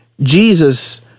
Jesus